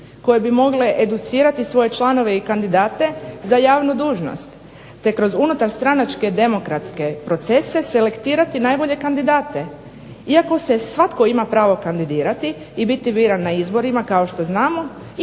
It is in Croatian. koje bi mogle educirati svoje članove i kandidate za javnu dužnost te kroz unutar stranačke demokratske procese selektirati najbolje kandidate. Iako se svatko ima pravo kandidirati i biti biran na izborima kao što znamo